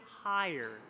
higher